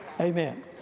Amen